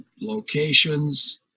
locations